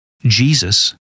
Jesus